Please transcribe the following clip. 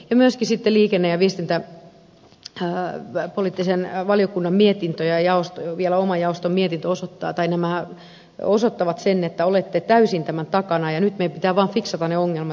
enää ja myöskin sitten liikenne ja viestintävaliokunnan mietintö ja vielä oman jaoston mietintö osoittavat sen että olette täysin tämän takana ja nyt meidän pitää vaan fiksata ne ongelmat jotka tähän liittyvät